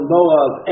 Moab